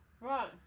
Right